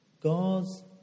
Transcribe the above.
God's